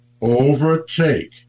overtake